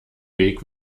weg